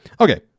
Okay